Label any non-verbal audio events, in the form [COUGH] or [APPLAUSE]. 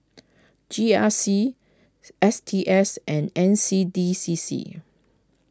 [NOISE] G R C S T S and N C D C C